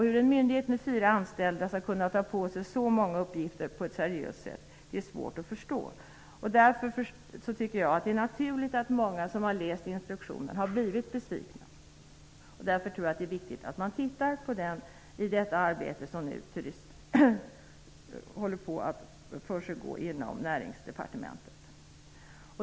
Hur en myndighet med fyra anställda skall kunna sköta så många uppgifter på ett seriöst sätt är svårt att förstå. Jag tycker därför att det är naturligt att många som har läst instruktionen har blivit besvikna. Jag tror att det är viktigt att se över den i det arbete som nu pågår inom Näringsdepartementet.